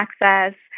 access